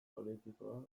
politikoa